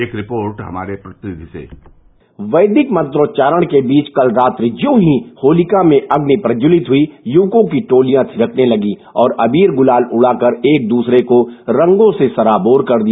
एक रिपोर्ट हमारे प्रतिनिधि सेः वैदिक मंत्रोच्चारण के द्वारा कल ज्यों ही होतिका में अग्नि प्रज्जवलित हुई युवकों की टोलियां थिरकने लगी और अबीर गुलाल उड़ा कर रंगों से लोगों को सराबोर कर दिया